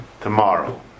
tomorrow